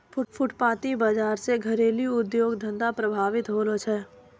फुटपाटी बाजार से घरेलू उद्योग धंधा प्रभावित होलो छै